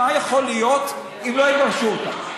מה יכול להיות אם לא יגרשו אותם?